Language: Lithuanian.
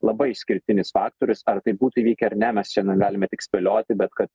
labai išskirtinis faktorius ar tai būtų įvykę ar ne mes čia na galime tik spėlioti bet kad